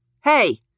Hey